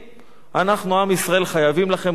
אנחנו, עם ישראל, חייבים לכם כמה פעמים: